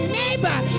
neighbor